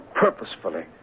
Purposefully